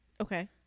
Okay